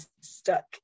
stuck